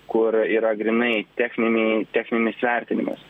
kur yra grynai techniniai techninis vertinimas